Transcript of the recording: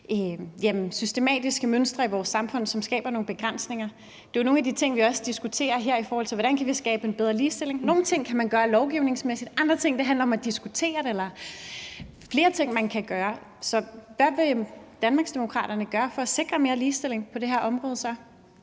systematiske mønstre i vores samfund, som skaber nogle begrænsninger. Det er jo nogle af de ting, vi også diskuterer her, i forhold til hvordan vi kan skabe en bedre ligestilling. Nogle ting kan man gøre lovgivningsmæssigt; andre ting handler om at diskutere, om der er flere ting, man kan gøre. Så hvad vil Danmarksdemokraterne så gøre for at sikre mere ligestilling på det her område?